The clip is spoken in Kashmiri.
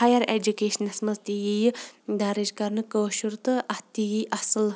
ہایر ایجوٗکیشَس منٛز یہِ دَرٕج کرنہٕ کٲشُر تہٕ اَتھ تہٕ یہِ اَصٕل